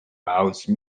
house